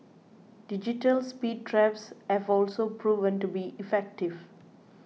digital speed traps have also proven to be effective